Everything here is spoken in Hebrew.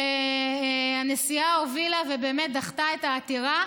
שהנשיאה הובילה ודחתה את העתירה.